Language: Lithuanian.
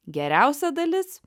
geriausia dalis